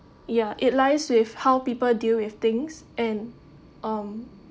ya it lies with how people deal with things and um